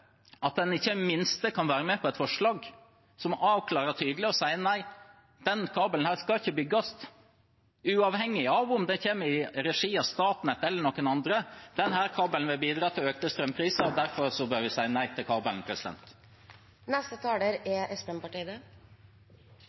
ikke i det minste være med på et forslag som avklarer tydelig og sier at nei, denne kabelen skal ikke bygges, uavhengig av om det kommer i regi av Statnett eller noen andre? Denne kabelen vil bidra til økte strømpriser, og derfor bør vi si nei til kabelen.